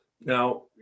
Now